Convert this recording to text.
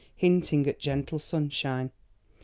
hinting at gentle sunshine.